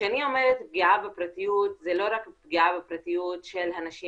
וכשאני אומרת פגיעה בפרטיות זה לא רק פגיעה בפרטיות של הנשים